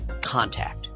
contact